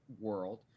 world